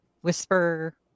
whisper